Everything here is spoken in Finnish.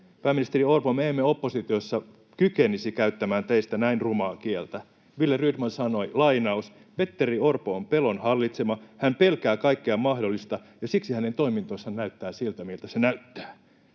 Pääministeri Orpo, me emme oppositiossa kykenisi käyttämään teistä näin rumaa kieltä. Wille Rydman sanoi: ”Petteri Orpo on pelon hallitsema. Hän pelkää kaikkea mahdollista, ja siksi hänen toimintansa näyttää siltä, miltä se näyttää.”